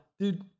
dude